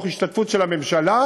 בהשתתפות של הממשלה,